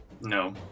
No